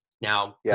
now